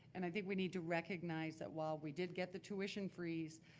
and i think we need to recognize that while we did get the tuition freeze,